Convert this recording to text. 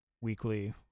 weekly